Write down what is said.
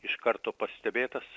iš karto pastebėtas